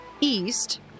east